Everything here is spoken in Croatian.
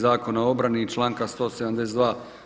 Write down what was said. Zakona o obrani i članka 172.